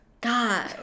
god